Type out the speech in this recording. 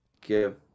give